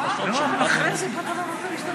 ממפלגות שונות יכהנו בפוזיציה הזאת.